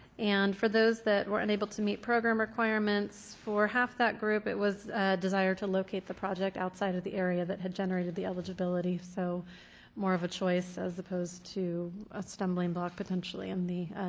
and for those that were unable to meet program requirements, for half that group, it was a desire to locate the project outside of the area that had generated the eligibility so more of a choice as opposed to a stumbling block potentially in the